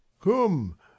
Come